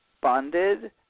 bonded